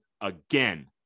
again